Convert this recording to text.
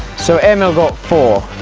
so, emil got four.